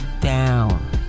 down